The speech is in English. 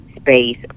space